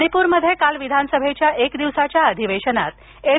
मणिपूरमध्ये काल विधानसभेच्या एक दिवसाच्या अधिवेशनात एन